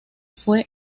fue